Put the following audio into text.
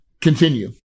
continue